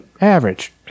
average